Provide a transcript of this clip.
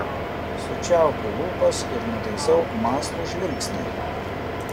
sučiaupiu lūpas ir nutaisau mąslų žvilgsnį